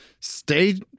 stay